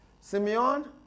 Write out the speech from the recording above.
Simeon